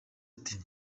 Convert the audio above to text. ati